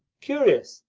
curious!